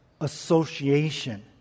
association